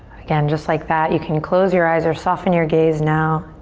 again, just like that. you can close your eyes or soften your gaze now.